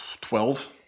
Twelve